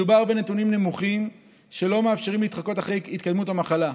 מדובר בנתונים נמוכים שלא מאפשרים להתחקות אחרי התקדמות המחלה.